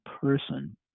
person